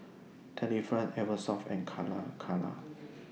Delifrance Eversoft and Calacara